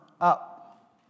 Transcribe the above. up